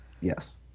Yes